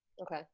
Okay